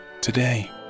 today